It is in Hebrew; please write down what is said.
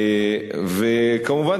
וכמובן,